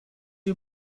mal